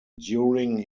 during